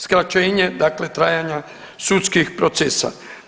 Skraćenje dakle trajanja sudskih procesa.